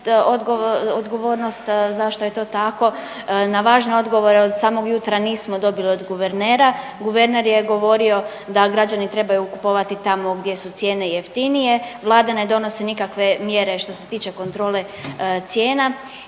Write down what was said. odgovornost zašto je to tako, na važne odgovore od samog jutra nismo dobili od guvernera. Guverner je govorio da građani trebaju kupovati tamo gdje su cijene jeftinije, Vlada ne donosi nikakve mjere što se tiče kontrole cijena